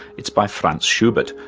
it's by franz schubert,